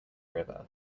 river